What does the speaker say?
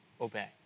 obey